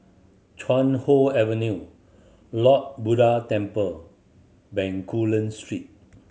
Chuan Hoe Avenue Lord Buddha Temple Bencoolen Street